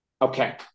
Okay